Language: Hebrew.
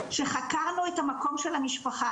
שחקרנו את המקום של המשפחה,